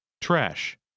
Trash